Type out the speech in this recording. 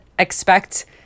expect